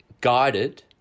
guided